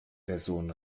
personen